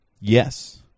Yes